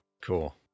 Cool